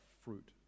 fruit